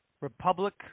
Republic